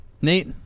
Nate